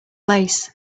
lace